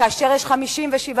כאשר יש 57,